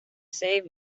save